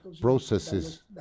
processes